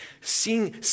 seeing